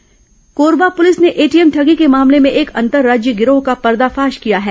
ठग गिरोह गिरफ्तार कोरबा पुलिस ने एटीएम ठगी के मामले में एक अंतर्राज्यीय गिरोह का पर्दाफाश किया है